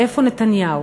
איפה נתניהו?